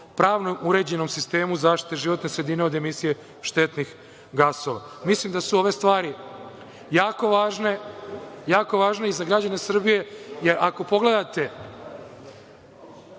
pravno uređenom sistemu zaštite životne sredine od emisije štetnih gasova. Mislim da su ove stvari jako važne i za građane Srbije, jer ako pogledate